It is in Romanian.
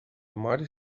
mari